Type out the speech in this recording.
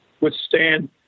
withstand